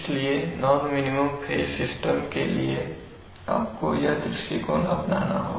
इसलिए non minimum phase system के लिए आपको यह दृष्टिकोण अपनाना होगा